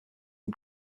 and